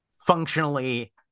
functionally